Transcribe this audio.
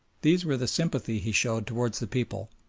these were the sympathy he showed towards the people,